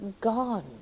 gone